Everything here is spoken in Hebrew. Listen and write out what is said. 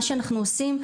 מה שאנחנו עושים,